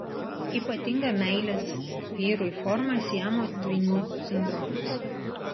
ypatinga meilės vyrui forma siamo dvynių sindromas